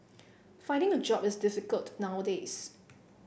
finding a job is difficult nowadays